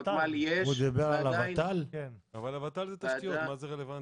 אבל הוות"ל זה תשתיות, מה זה רלוונטי?